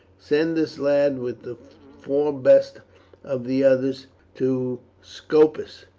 send this lad with the four best of the others to scopus,